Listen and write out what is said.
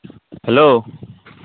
hello